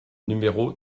numéro